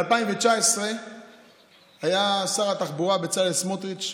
ב-2019 שר התחבורה בצלאל סמוטריץ'